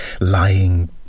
lying